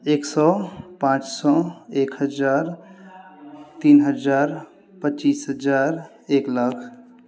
एक सए पांच सौए एक हजार तीन हजार पचीस हजार एक लाख